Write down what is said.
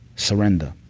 surrender.